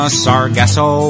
sargasso